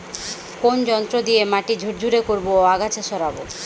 কোন যন্ত্র দিয়ে মাটি ঝুরঝুরে করব ও আগাছা সরাবো?